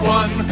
one